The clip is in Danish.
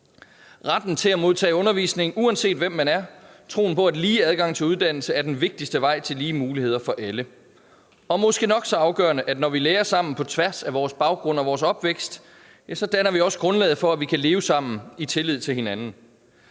retten til at modtage undervisning, uanset hvem man er, troen på, at lige adgang til uddannelse er den vigtigste vej til lige muligheder for alle, og måske nok så afgørende står den for, at når vi lærer sammen på tværs af vores baggrund og opvækst, danner vi også grundlaget for, at vi kan leve sammen i tillid til hinanden.